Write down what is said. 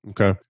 Okay